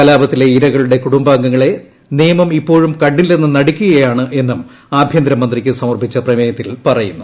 കലാപത്തിലെ ഇരകളുടെ കുടുംബാംഗങ്ങളെ നിയമം ഇപ്പോഴും കണ്ടില്ലെന്ന് നടിക്കുകയാണ് എന്നും ആഭ്യന്തരമന്ത്രിക്ക് സമർപ്പിച്ച പ്രമേയത്തിൽ പറയുന്നു